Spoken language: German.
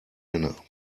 männer